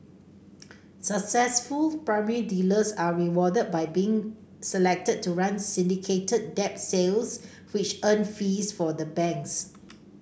successful primary dealers are rewarded by being selected to run syndicated debt sales which earn fees for the banks